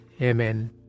Amen